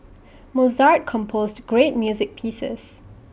Mozart composed great music pieces